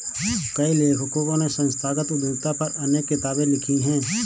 कई लेखकों ने संस्थागत उद्यमिता पर अनेक किताबे लिखी है